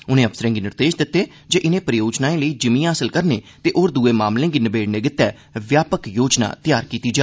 उनें अफसरें गी निर्देष दित्ते जे इनें परियोजनाएं लेई जिमीं हासल करने ते होर दुए मामलें गी नबेड़ने गितै व्यापक योजना तैयार कीती जा